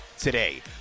today